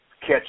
catch